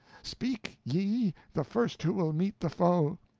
speak ye, the first who will meet the foe!